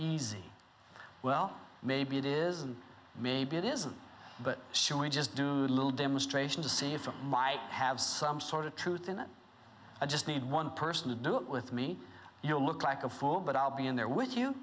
easy well maybe it is and maybe it isn't but showing just do little demonstration to see if it might have some sort of truth in it i just need one person to do it with me you look like a fool but i'll be in there with you